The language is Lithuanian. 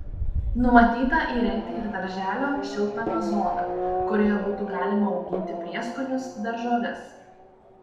numatyta įrengti ir darželio šiltnamio zoną kurioje būtų galima auginti prieskonius daržoves